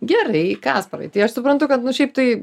gerai kasparai tai aš suprantu kad nu šiaip tai